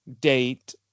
date